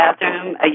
bathroom